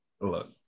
Look